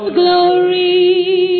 glory